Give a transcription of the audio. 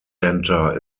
centre